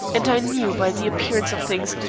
and i knew, by the appearance of things,